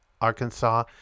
Arkansas